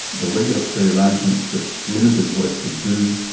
the regulatory arrangements that limited what it could do,